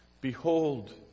Behold